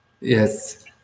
yes